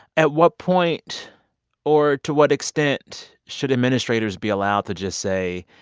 at what point or to what extent should administrators be allowed to just say,